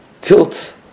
tilt